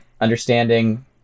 understanding